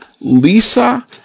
Lisa